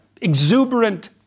exuberant